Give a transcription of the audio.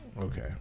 Okay